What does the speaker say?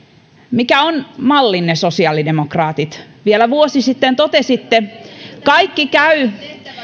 mikä on mallinne sosiaalidemokraatit vielä vuosi sitten totesitte kaikki käy